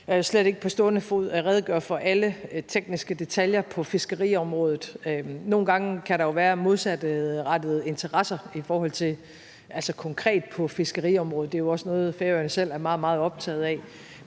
– og slet ikke på stående fod – redegøre for alle tekniske detaljer på fiskeriområdet. Nogle gange kan der jo være konkrete modsatrettede interesser på fiskeriområdet. Det er jo også noget, Færøerne selv er meget, meget optaget af.